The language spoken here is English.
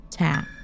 tap